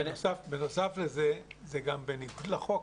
בנוסף לכך, זה גם בניגוד לחוק.